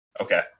Okay